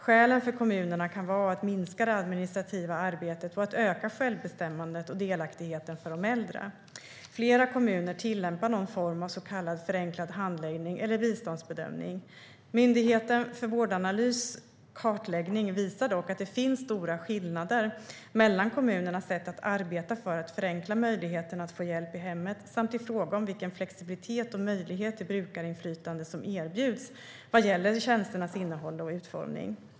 Skälen för kommunerna kan vara att minska det administrativa arbetet och att öka självbestämmandet och delaktigheten för de äldre. Flera kommuner tillämpar någon form av så kallad förenklad handläggning eller biståndsbedömning. Myndigheten för vårdanalys kartläggning visar dock att det finns stora skillnader mellan kommunernas sätt att arbeta för att förenkla möjligheterna att få hjälp i hemmet samt i fråga om vilken flexibilitet och möjlighet till brukarinflytande som erbjuds vad gäller tjänsternas innehåll och utformning.